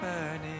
burning